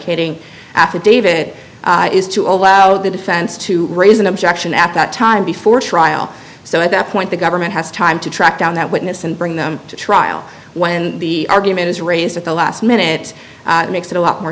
ting affidavit is to allow the defense to raise an objection at that time before trial so at that point the government has time to track down that witness and bring them to trial when the argument is raised at the last minute makes it a lot more